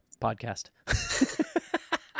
podcast